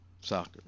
soccer